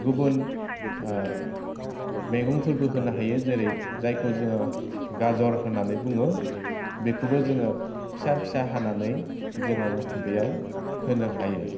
गुबुन मैगंफोरबो होनो हायो जेरै जायखौ जोङो गाजर होननानै बुङो बेखौबो जोङो फिसा फिसा हानानै जोङो बेयाव होनो हायो